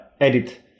edit